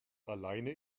alleine